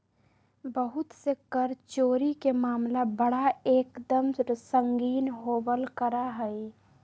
बहुत से कर चोरी के मामला बड़ा एक दम संगीन होवल करा हई